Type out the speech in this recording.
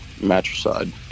matricide